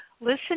listen